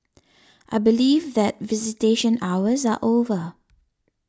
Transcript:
I believe that visitation hours are over